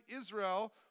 Israel